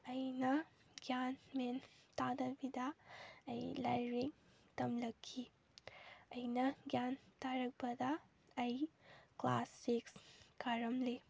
ꯑꯩꯅ ꯒ꯭ꯌꯥꯟ ꯃꯦꯟ ꯇꯥꯗꯕꯤꯗ ꯑꯩ ꯂꯥꯏꯔꯤꯛ ꯇꯝꯂꯛꯈꯤ ꯑꯩꯅ ꯒ꯭ꯌꯥꯟ ꯇꯥꯔꯛꯄꯗ ꯑꯩ ꯀ꯭ꯂꯥꯁ ꯁꯤꯛꯁ ꯀꯥꯔꯝꯂꯤ